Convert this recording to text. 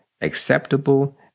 acceptable